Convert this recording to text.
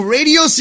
Radio